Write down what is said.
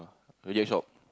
reject shop